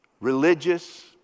religious